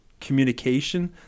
communication